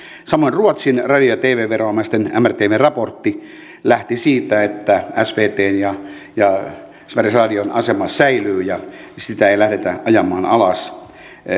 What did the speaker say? samoin ruotsin radio ja tv viranomaisten mrtvn raportti lähti siitä että svtn ja ja sveriges radion asema säilyy ja sitä ei lähdetä ajamaan alas